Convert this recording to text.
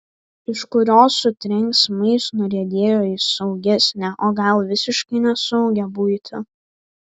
iš kurios su trenksmais nuriedėjo į saugesnę o gal visiškai nesaugią buitį